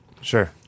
Sure